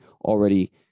already